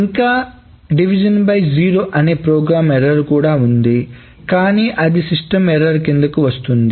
ఇంకా division by zero అనే program error కూడా ఉంది కానీ అది సిస్టం ఎర్రర్ కిందికి వస్తది